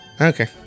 Okay